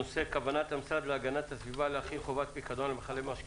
הנושא: כוונת המשרד להגנת הסביבה להחיל חובת פיקדון על מיכלי משקה